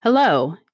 Hello